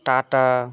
tata